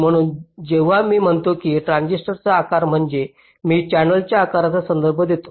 म्हणून जेव्हा मी म्हणतो की ट्रान्झिस्टरचा आकार म्हणजे मी चॅनेलच्या आकाराचा संदर्भ घेतो